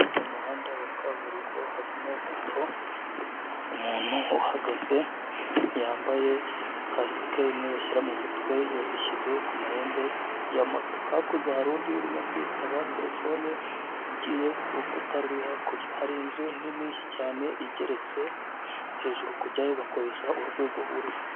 Mu muhanda wa kaburimbo harimo moto, umuntu uhagaze ntiyambaze kasike imwe bashyira mu mutwe, yazishyize ku mahembe ya moto. Hakurya hari undi urimo kwitaba telefone, ugiye ku rukuta ruri hakurya. Har'inzu nini cyane igeretse, hejuru kujyayo bakoresha urwego burira.